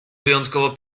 wyjątkowo